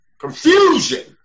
Confusion